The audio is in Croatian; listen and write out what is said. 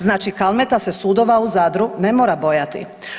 Znači, Kalmeta se sudova u Zadru ne mora bojati.